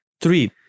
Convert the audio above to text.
Three